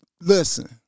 Listen